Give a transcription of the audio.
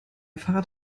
fahrrad